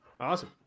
Awesome